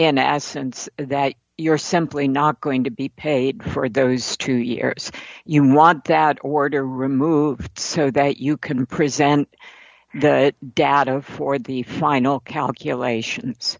as since that you're simply not going to be paid for those two years you want that order removed so that you can present the data for the final calculation